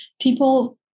people